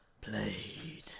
played